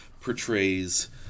portrays